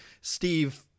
Steve